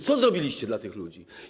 Co zrobiliście dla tych ludzi?